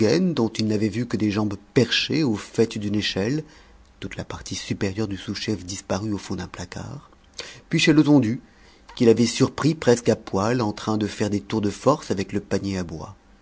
dont il n'avait vu que des jambes perchées au faîte d'une échelle toute la partie supérieure du sous-chef disparue au fond d'un placard puis chez letondu qu'il avait surpris presque à poil en train de faire des tours de force avec le panier à bois